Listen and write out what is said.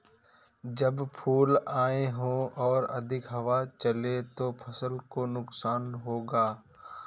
जब फूल आए हों और अधिक हवा चले तो फसल को नुकसान होगा?